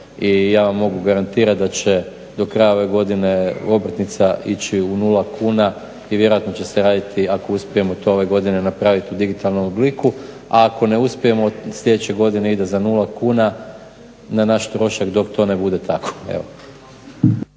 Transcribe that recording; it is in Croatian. I ja vam mogu garantirati da će do kraja ove godine obrtnica ići u nula kuna i vjerojatno će se raditi ako uspijemo to ove godine napraviti u digitalnom obliku. A ako ne uspijemo sljedeće godine ide za nula kuna na naš trošak dok to ne bude tako.